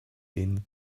been